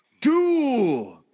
two